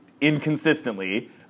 inconsistently